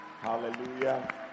hallelujah